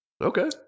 Okay